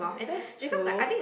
that's true